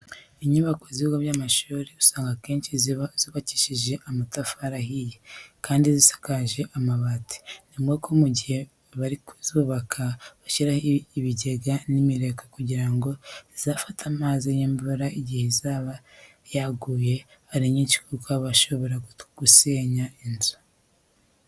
Inyubako z'ibigo by'amashuri usanga akenshi ziba zubakishije amatafari ahiye kandi zisakaje amabati. Ni ngombwa ko mu gihe bari kuyubaka bashyiraho ibigega n'imireko kugira ngo bizafate amazi y'imvura igihe izajya iba yaguye ari nyinshi kuko aba ashobora gusenya inzu.